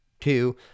two